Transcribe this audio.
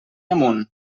amunt